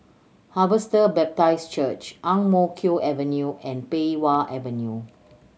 Harvester Baptist Church Ang Mo Kio Avenue and Pei Wah Avenue